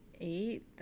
eight